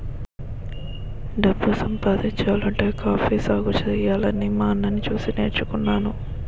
డబ్బు సంపాదించాలంటే కాఫీ సాగుసెయ్యాలని మా అన్నని సూసి నేర్చుకున్నాను